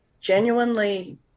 genuinely